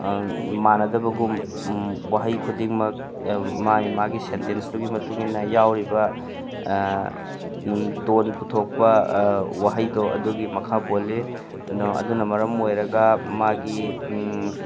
ꯃꯥꯟꯅꯗꯕꯒꯨꯝ ꯋꯥꯍꯩ ꯈꯨꯗꯤꯡꯃꯛ ꯃꯥꯒꯤ ꯃꯥꯒꯤ ꯁꯦꯟꯇꯦꯟꯁꯇꯨꯒꯤ ꯃꯇꯨꯡ ꯏꯟꯅ ꯌꯥꯎꯔꯤꯕ ꯇꯣꯟ ꯄꯨꯊꯣꯛꯄ ꯋꯥꯍꯩꯗꯣ ꯑꯗꯨꯒꯤ ꯃꯈꯥ ꯄꯣꯜꯂꯤ ꯑꯗꯣ ꯑꯗꯨꯅ ꯃꯔꯝ ꯑꯣꯏꯔꯒ ꯃꯥꯒꯤ